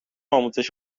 آموزش